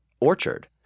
orchard